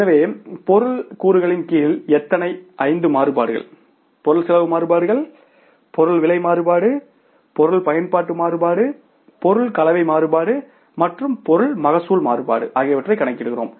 எனவே பொருள் கூறுகளின் கீழ் எத்தனை ஐந்து மாறுபாடுகள் பொருள் செலவு மாறுபாடுகள் பொருள் விலை மாறுபாடு பொருள் பயன்பாட்டு மாறுபாடு பொருள் கலவை மாறுபாடு மற்றும் பொருள் மகசூல் மாறுபாடு ஆகியவற்றைக் கணக்கிடுகிறோம்